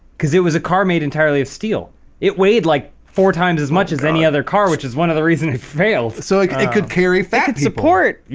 cuz it was a car made entirely of steel it weighed like four times as much as any other car which is one of the reason it failed so like it could carry fast support.